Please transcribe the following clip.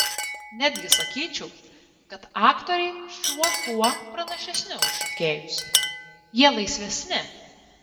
netgi sakyčiau kad aktoriai šiuo bei tuo pranašesni už šokėjus jie laisvesni